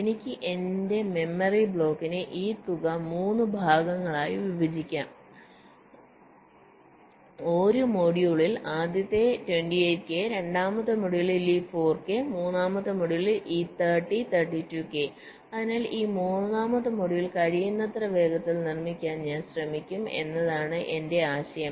എനിക്ക് എന്റെ മെമ്മറി ബ്ലോക്കിനെ ഈ 3 ഭാഗങ്ങളായി വിഭജിക്കാം ഒരു മൊഡ്യൂളിൽ ആദ്യത്തെ 28 കെ രണ്ടാമത്തെ മൊഡ്യൂളിലെ ഈ 4 കെ മൂന്നാമത്തെ മൊഡ്യൂളിലെ ഈ 30 32 കെ അതിനാൽ ഈ മൂന്നാമത്തെ മൊഡ്യൂൾ കഴിയുന്നത്ര വേഗത്തിൽ നിർമ്മിക്കാൻ ഞാൻ ശ്രമിക്കും എന്നതാണ് എന്റെ ആശയം